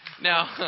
now